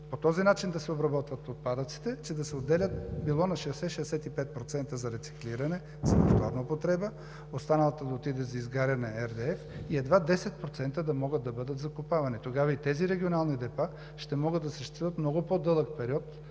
по този начин да се обработват отпадъците, че да се отделят било на 60 – 65% за рециклиране и повторна употреба, останалото да отиде за изгаряне RDF и едва 10% да могат да бъдат закопавани. Тогава и тези регионални депа ще могат да съществуват много по-дълъг период,